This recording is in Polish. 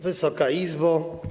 Wysoka Izbo!